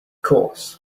course